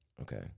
Okay